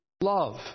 love